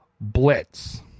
Blitz